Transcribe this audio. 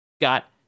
got